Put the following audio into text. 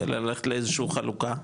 אלא ללכת לאיזשהו חלוקה,